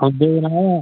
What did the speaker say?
औंदे जनाब